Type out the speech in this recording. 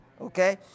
Okay